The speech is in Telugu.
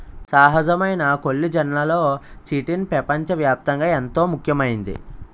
సహజమైన కొల్లిజన్లలో చిటిన్ పెపంచ వ్యాప్తంగా ఎంతో ముఖ్యమైంది